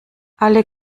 alle